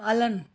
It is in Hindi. पालन